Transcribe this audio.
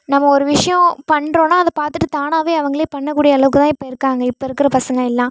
நம்ம ஒரு விஷயம் பண்றோம்ன்னா அதை பார்த்துட்டு தானாகவே அவங்களே பண்ணக்கூடிய அளவுக்கு தான் இப்போ இருக்காங்க இப்போ இருக்கிற பசங்க எல்லாம்